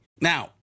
Now